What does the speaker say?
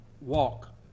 walk